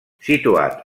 situat